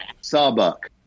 Sawbuck